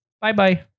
bye-bye